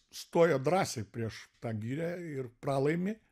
stoja drąsiai prieš tą girią ir pralaimi